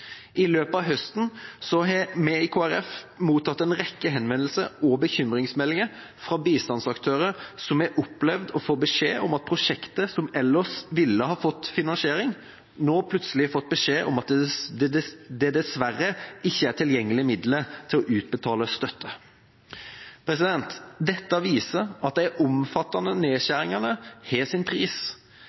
I løpet av høsten har vi i Kristelig Folkeparti mottatt en rekke henvendelser og bekymringsmeldinger fra bistandsaktører som har opplevd å få beskjed om at prosjekter som ellers ville fått finansiering, nå plutselig får beskjed om at det dessverre ikke er tilgjengelige midler til å utbetale støtte. Dette viser at de omfattende nedskjæringene har sin pris.